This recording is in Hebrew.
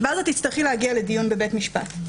ואז תצטרכי להגיע לדיון בבית משפט.